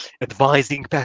advising